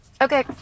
okay